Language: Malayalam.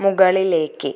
മുകളിലേക്ക്